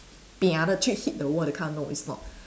pia the ch~ hit the wall that kind no it's not